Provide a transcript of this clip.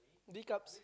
D cups